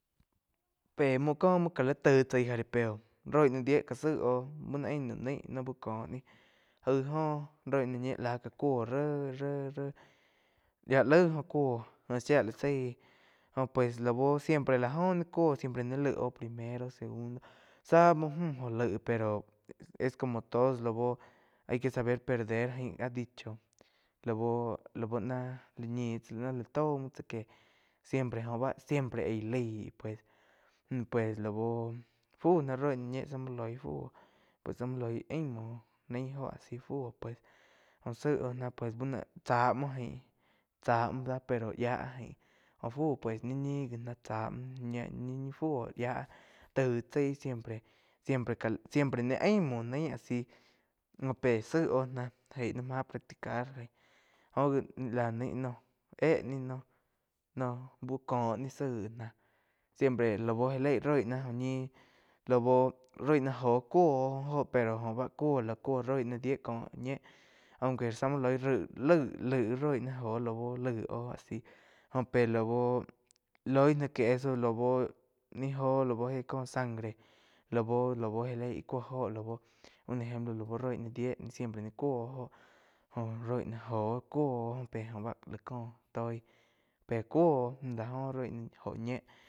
Pé muo cóh gá la tai chaí jaripeo roi ná Die ka saig oh muo no ain naum naí loh uh có nih jaí óh roi ná Ñíe la ga cuó ré-ré yía laig oh cúo óh shía láh zaig jo pues lau siempre la oh ni cúo siempre mi laig oh primero segundo zá muo múh jo laig pero es como todo lau ahí que ba perder jaín áh dicho laú-laú nah ñi tsá ná la taum muo tsá que siempre oh ba siempre aí laig pues múh pues lau fu ná roi ná ñié zá muo loi fu pues zá muo li aim muo naíg óh a si fu oh pues jóh zaig oh na pues chá muo jain cha muo pero yía jain óh fu pues ni ñi gia ná tzá muo ña ni fúo yía taíg chái siempre ka siempre nai aim muo naí a si joh é zaíg oh náh jéi náh máh practicar jóh gi ni la naig éh ni noh, noh úh kó ni záig náh siempre lau já leig roi náh ñih lau roig ná Jo cúo oh óho pero oh va cúo la cúo roi ná dié cóh ñéh aun que zá muo loi la laig roí náh jo lau laig óh a si jo pe lau loi ná que eso la bo nih joh lau éh coh sangre lau-lau já leih íh cúo óho lau un ejemplo lau roi ná die siempre cúo jo roi ná jo cuo oh pe bá la có toi pé cúo oh la jo roi na jo Ñe.